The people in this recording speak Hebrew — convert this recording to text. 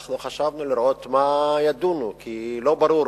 חשבנו לראות על מה ידונו, כי לא ברור